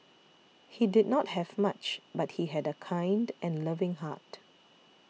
he did not have much but he had a kind and loving heart